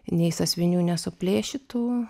nei sąsiuvinių nesuplėšytų